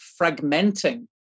fragmenting